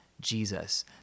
Jesus